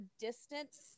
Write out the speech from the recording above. distance